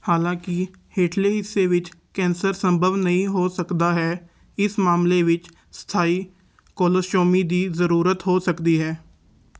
ਹਾਲਾਂਕਿ ਹੇਠਲੇ ਹਿੱਸੇ ਵਿੱਚ ਕੈਂਸਰ ਸੰਭਵ ਨਹੀਂ ਹੋ ਸਕਦਾ ਹੈ ਇਸ ਮਾਮਲੇ ਵਿੱਚ ਸਥਾਈ ਕੋਲੋਸਟੋਮੀ ਦੀ ਜ਼ਰੂਰਤ ਹੋ ਸਕਦੀ ਹੈ